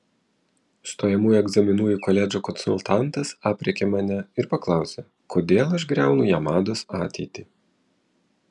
stojamųjų egzaminų į koledžą konsultantas aprėkė mane ir paklausė kodėl aš griaunu jamados ateitį